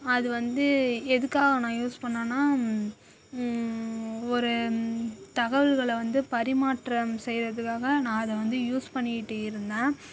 அது வந்து எதுக்காக நான் யூஸ் பண்ணேனா ஒரு தகவல்களை வந்து பரிமாற்றம் செய்யறத்துக்காக நான் அதை வந்து யூஸ் பண்ணிக்கிட்டு இருந்தேன்